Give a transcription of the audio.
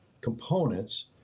components